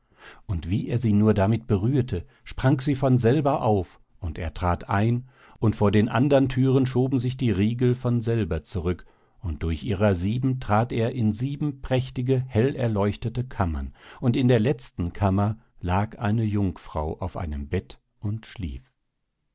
und wie er sie nur damit berührte sprang sie von selber auf und er trat ein und vor den andern thüren schoben sich die riegel von selber zurück und durch ihrer sieben trat er in sieben prächtige hellerleuchtete kammern und in der letzten kammer lag eine jungfrau auf einem bett und schlief